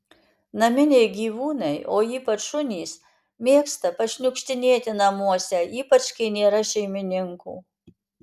naminiai gyvūnai o ypač šunys mėgsta pašniukštinėti namuose ypač kai nėra šeimininkų